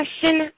question